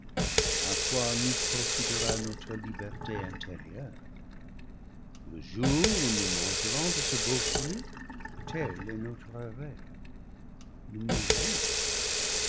à quoi nous profitera notre liberté intérieure le jour où nous mangerons de ce beau fruit